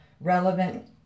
relevant